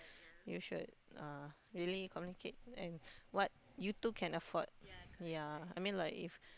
you should uh really communicate and what you two can afford ya I mean like if